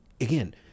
again